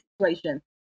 situation